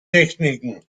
techniken